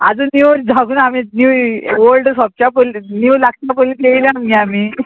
आजून न्यू झगो ना आमी न्यू ओल्ड सोपच्या पयली न्यू लागता पयलींच येयल्या मगे आमी